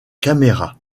caméra